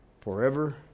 forever